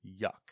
yuck